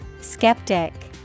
skeptic